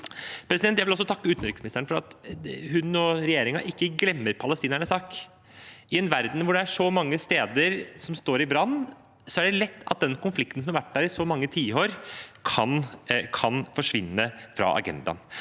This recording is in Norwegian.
Jeg vil også takke utenriksministeren for at hun og regjeringen ikke glemmer palestinernes sak. I en verden hvor det er så mange steder som står i brann, er det lett at den konflikten som har vært der i så mange tiår, kan forsvinne fra agendaen.